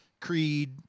creed